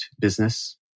business